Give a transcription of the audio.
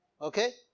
Okay